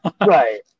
Right